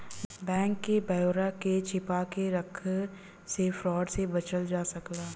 bank क ब्यौरा के छिपा के रख से फ्रॉड से बचल जा सकला